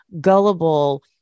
gullible